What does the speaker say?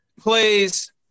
plays